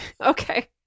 okay